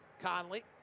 Conley